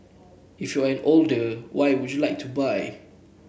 if you're an older why would you like to buy